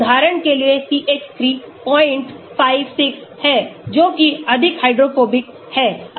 उदाहरण के लिए CH3 056 है जो कि अधिक हाइड्रोफोबिक है